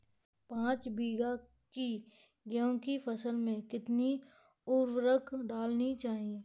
पाँच बीघा की गेहूँ की फसल में कितनी उर्वरक डालनी चाहिए?